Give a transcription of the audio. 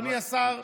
אדוני השר,